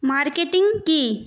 marketing কী